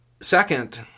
Second